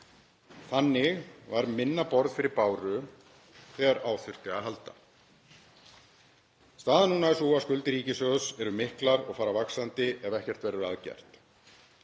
Þannig var minna borð fyrir báru þegar á þurfti að halda. Staðan núna er sú að skuldir ríkissjóðs eru miklar og fara vaxandi ef ekkert verður að gert.